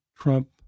Trump